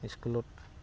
স্কুলত